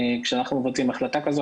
כשאנחנו מוציאים החלטה כזאת,